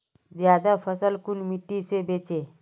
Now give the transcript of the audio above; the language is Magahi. ज्यादा फसल कुन मिट्टी से बेचे?